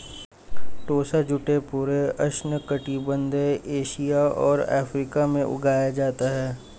टोसा जूट पूरे उष्णकटिबंधीय एशिया और अफ्रीका में उगाया जाता है